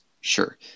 Sure